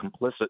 complicit